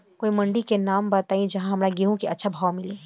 कोई मंडी के नाम बताई जहां हमरा गेहूं के अच्छा भाव मिले?